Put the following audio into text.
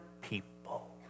people